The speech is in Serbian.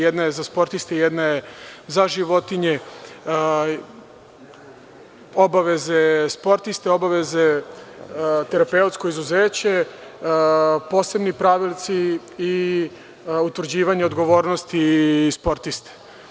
Jedna je za sportiste, a jedna je za životinje, obaveze sportista, terapeutsko izuzeće, posebni pravilnici i utvrđivanje odgovornosti i sportista.